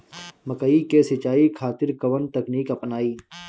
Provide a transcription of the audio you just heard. मकई के सिंचाई खातिर कवन तकनीक अपनाई?